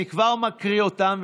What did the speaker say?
אני כבר מקריא אותן.